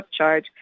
upcharge